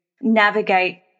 navigate